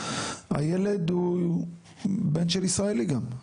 הילד הוא בן של ישראלי גם,